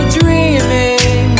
dreaming